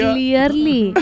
Clearly